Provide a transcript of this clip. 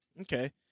Okay